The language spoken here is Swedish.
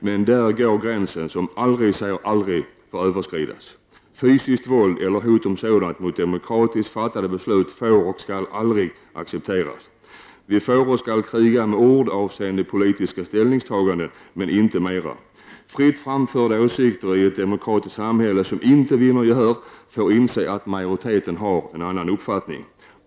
Men där går gränsen, som aldrig, säger aldrig, får överskridas. Fysiskt våld eller hot om sådant mot demokratiskt fattade beslut får och skall aldrig accepteras. Vi får och skall kriga med ord avseende politiska ställningstaganden, men inte mera. Den som i ett demokratiskt samhälle fritt framfört åsikter som inte vinner gehör får inse att majoriteten har en annan uppfattning.